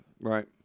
Right